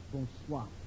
Bonsoir